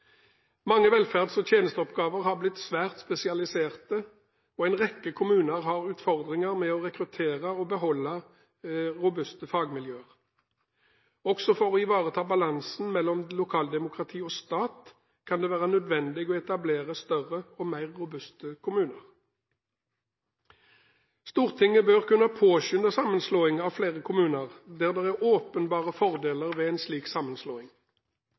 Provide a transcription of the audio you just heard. Mange velferds- og tjenesteoppgaver har blitt svært spesialiserte, og en rekke kommuner har utfordringer med å rekruttere og beholde robuste fagmiljøer. Også for å ivareta balansen mellom lokaldemokrati og stat kan det være nødvendig å etablere større og mer robuste kommuner. Stortinget bør kunne påskynde sammenslåing av flere kommuner der det er åpenbare fordeler ved slik sammenslåing.